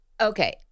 Okay